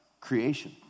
creation